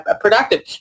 productive